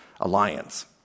alliance